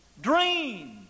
Dream